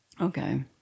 Okay